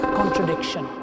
contradiction